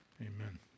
Amen